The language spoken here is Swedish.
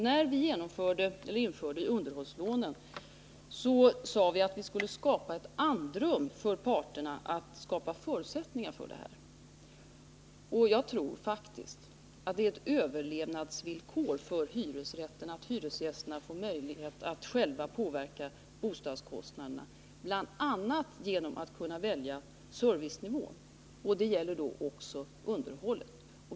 När vi införde underhållslånen sade vi att vi skulle ge parterna andrum att skapa förutsättningar för detta större inflytande för hyresgästerna. Jag tror faktiskt att det är ett överlevnadsvillkor för hyresrätten att hyresgästerna får möjlighet att själva påverka bostadskostnaderna, bl.a. genom att kunna välja servicenivå. Det gäller då också underhållet.